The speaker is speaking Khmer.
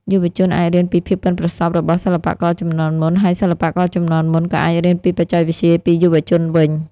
យុវជនអាចរៀនពីភាពប៉ិនប្រសប់របស់សិល្បករជំនាន់មុន ហើយសិល្បករជំនាន់មុនក៏អាចរៀនពីបច្ចេកវិទ្យាពីយុវជនវិញ។